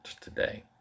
today